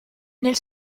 nel